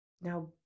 Now